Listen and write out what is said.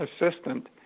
assistant